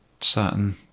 certain